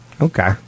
Okay